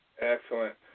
Excellent